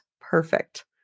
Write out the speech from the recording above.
perfect